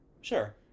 Sure